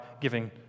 giving